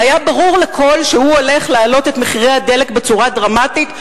והיה ברור לכול שהוא הולך להעלות את מחירי הדלק בצורה דרמטית,